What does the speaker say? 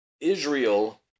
Israel